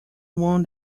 one